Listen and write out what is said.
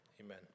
Amen